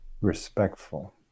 respectful